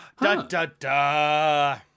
Da-da-da